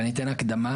אני אתן הקדמה.